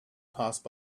passed